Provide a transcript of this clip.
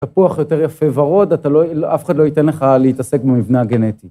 תפוח יותר יפה ורוד, אף אחד לא ייתן לך להתעסק במבנה גנטי.